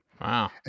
Wow